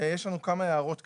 יש לנו כמה הערות קטנות.